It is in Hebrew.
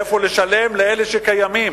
מאיפה לשלם לאלה שקיימים,